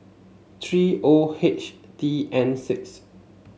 three O H T N six